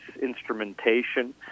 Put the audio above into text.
instrumentation